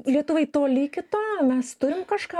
lietuvai toli iki to mes turim kažką